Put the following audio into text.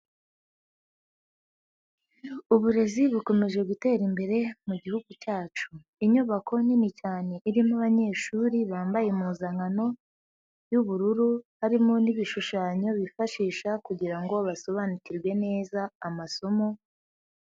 Uburezi bukomeje gutera imbere mu Gihugu cyacu, inyubako nini cyane irimo abanyeshuri bambaye impuzankano y'ubururu harimo n'ibishushanyo bifashisha kugira ngo basobanukirwe neza amasomo.